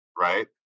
right